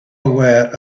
aware